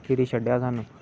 फिरी छड्डेआ स्हानू